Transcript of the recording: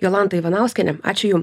jolanta ivanauskiene ačiū jum